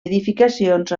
edificacions